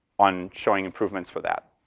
on showing improvements for that.